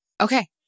Okay